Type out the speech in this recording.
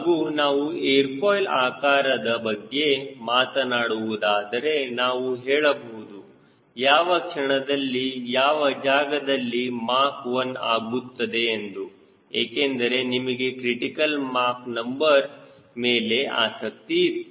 ಹಾಗೂ ನಾವು air foil ಆಕಾರದ ಬಗ್ಗೆ ಮಾತನಾಡುವುದಾದರೆ ನಾವು ಹೇಳಬಹುದು ಯಾವ ಕ್ಷಣದಲ್ಲಿ ಯಾವ ಜಾಗದಲ್ಲಿ ಮಾಕ್ 1 ಆಗುತ್ತದೆ ಎಂದು ಏಕೆಂದರೆ ನಮಗೆ ಕ್ರಿಟಿಕಲ್ ಮಾಕ್ ನಂಬರ್ ಮೇಲೆ ಆಸಕ್ತಿ ಇತ್ತು